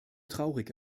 traurig